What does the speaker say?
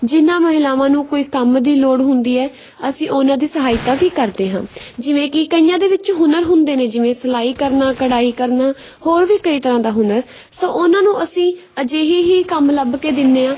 ਜਿਹਨਾਂ ਮਹਿਲਾਵਾਂ ਨੂੰ ਕੋਈ ਕੰਮ ਦੀ ਲੋੜ ਹੁੰਦੀ ਹੈ ਅਸੀਂ ਉਹਨਾਂ ਦੀ ਸਹਾਇਤਾ ਵੀ ਕਰਦੇ ਹਾਂ ਜਿਵੇਂ ਕਿ ਕਈਆਂ ਦੇ ਵਿੱਚ ਹੁਨਰ ਹੁੰਦੇ ਨੇ ਜਿਵੇਂ ਸਿਲਾਈ ਕਰਨਾ ਕਢਾਈ ਕਰਨਾ ਹੋਰ ਵੀ ਕਈ ਤਰ੍ਹਾਂ ਦਾ ਹੁਨਰ ਸੋ ਉਹਨਾਂ ਨੂੰ ਅਸੀਂ ਅਜਿਹੇ ਹੀ ਕੰਮ ਲੱਭ ਕੇ ਦਿੰਦੇ ਹਾਂ